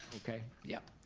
okay. yep.